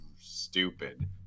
stupid